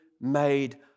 made